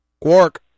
Quark